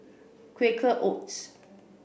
Quaker Oats